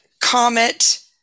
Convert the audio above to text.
Comet